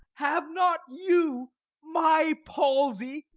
have not you my palsy?